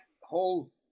whole